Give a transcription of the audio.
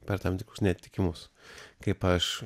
per tam tikrus neatitikimus kaip aš